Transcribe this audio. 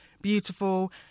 beautiful